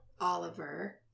Oliver